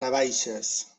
navaixes